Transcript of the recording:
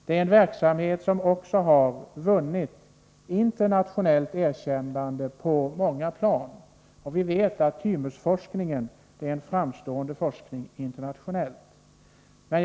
Det är en verksamhet som också på många plan har vunnit internationellt erkännande. Vi vet att thymusforskningen är en betydelsefull forskning internationellt sett.